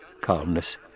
Calmness